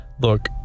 look